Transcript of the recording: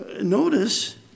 Notice